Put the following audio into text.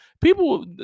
people